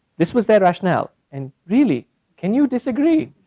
this was their rationale, and really can you disagree?